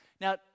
Now